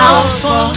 Alpha